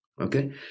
Okay